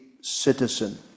citizen